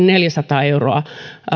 neljäsataa euroa